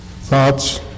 thoughts